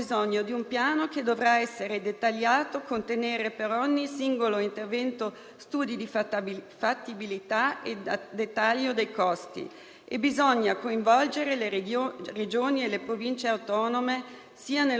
Bisognerà coinvolgere le Regioni e le Province autonome, sia nello sviluppo che nella gestione dei progetti. Allo stesso tempo, non dobbiamo illuderci che il superfreno che voleva Mark Rutte sia uscito di scena.